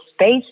space